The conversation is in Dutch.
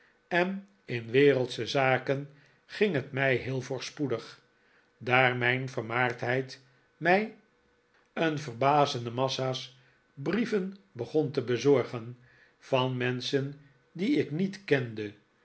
en in wereldsche zaken ging het mij heel voorspoedig daar mijn vermaardheid mij de massa brieven begon te bezorgen van menschen die ik niet kende